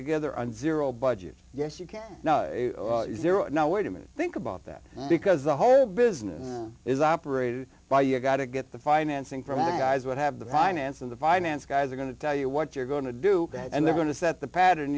together and zero budget yes you can zero now wait a minute think about that because the whole business is operated by you gotta get the financing from the guys would have the finance and the finance guys are going to tell you what you're going to do and they're going to set the pattern